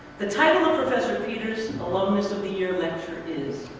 the title of professor peter's alumnus of the year lecture is,